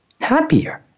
happier